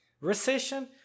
Recession